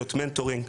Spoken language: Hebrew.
תוכניות מנטורינג.